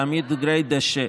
לעמית גריידי,